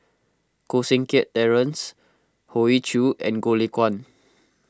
Koh Seng Kiat Terence Hoey Choo and Goh Lay Kuan